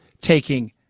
taking